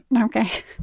Okay